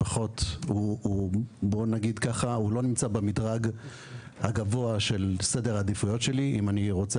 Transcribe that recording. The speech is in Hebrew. הוא לא נמצא במדרג הגבוה של סדר העדיפויות שלי אם אני רוצה